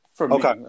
Okay